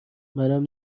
منم